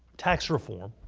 tax reform